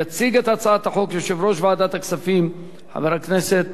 יציג את הצעת החוק יושב-ראש ועדת הכספים חבר הכנסת